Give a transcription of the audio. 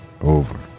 Over